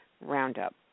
Roundup